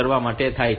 આ M 5